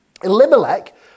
Elimelech